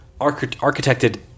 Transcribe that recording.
architected